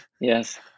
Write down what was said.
Yes